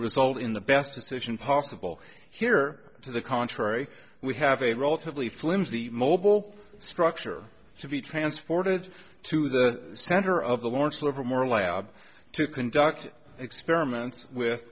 result in the best decision possible here to the contrary we have a relatively flimsy mobile structure to be transported to the center of the lawrence livermore lab to conduct experiments with